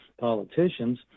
politicians